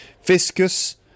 Fiscus